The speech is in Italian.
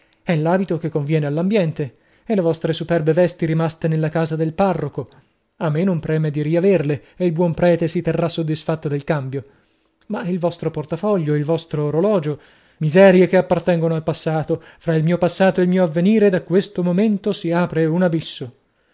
è l'abito che conviene all'ambiente e le vostre superbe vesti rimaste nella casa del parroco a me non preme di riaverle e il buon prete si terrà soddisfatto del cambio ma il vostro portafoglio il vostro orologio miserie che appartengono al passato fra il mio passato ed il mio avvenire da questo momento si apre un abisso